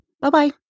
Bye-bye